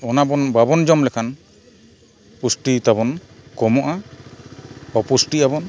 ᱚᱱᱟ ᱵᱚᱱ ᱵᱟᱵᱚᱱ ᱡᱚᱢ ᱞᱮᱠᱷᱟᱱ ᱯᱩᱥᱴᱤ ᱛᱟᱵᱚᱱ ᱠᱚᱢᱚᱜᱼᱟ ᱚᱯᱩᱥᱴᱤᱜᱼᱟ ᱵᱚᱱ